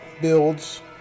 builds